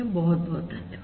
बहुत बहुत धन्यवाद